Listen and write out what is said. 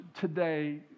today